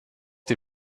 die